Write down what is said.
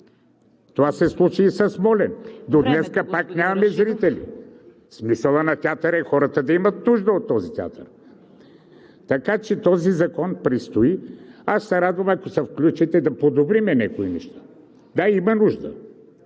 ВЕЖДИ РАШИДОВ: …до днес пак нямаме зрители. Смисълът на театъра е хората да имат нужда от този театър. Този закон предстои. Ще се радвам, ако се включите, да подобрим някои неща. Да, има нужда.